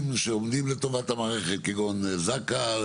שעומדים לטובת המערכת כגון זק"א,